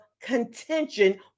contention